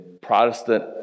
Protestant